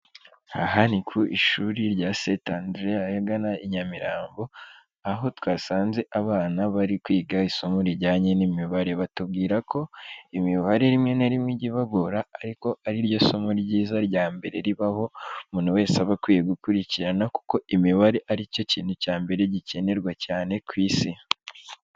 Aha ni ku ishuri rya st Andre ahagana i Nyamirambo, aho twasanze abana bari kwiga isomo rijyanye n'imibare, batubwira ko imibare rimwe na rimwe ijya ibagora, ariko ari ryo somo ryiza rya mbere ribaho, umuntu wese aba akwiye gukurikirana, kuko imibare ari cyo kintu cya mbere gikenerwa cyane ku isi.